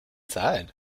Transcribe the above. zeit